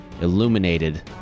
illuminated